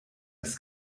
ist